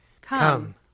Come